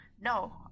No